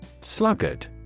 Sluggard